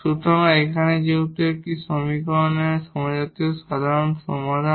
সুতরাং এখানে যেহেতু এটি হোমোজিনিয়াস সমীকরণের সাধারণ সমাধান